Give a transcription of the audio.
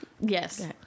Yes